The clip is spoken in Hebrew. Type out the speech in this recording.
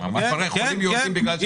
כן, כן, כן.